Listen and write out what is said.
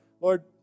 Lord